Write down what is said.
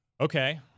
Okay